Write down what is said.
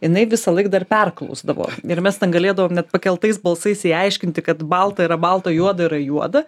jinai visąlaik dar perklausdavo ir mes ten galėdavom net pakeltais balsais jai aiškinti kad balta yra balta juoda yra juoda